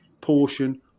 portion